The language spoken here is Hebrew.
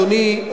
אדוני,